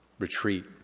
retreat